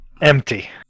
Empty